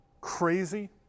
crazy